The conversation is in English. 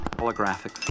holographic